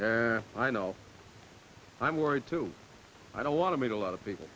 there i know i'm worried too i don't want to meet a lot of people